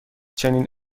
چنین